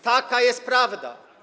Taka jest prawda.